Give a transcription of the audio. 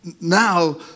now